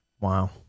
wow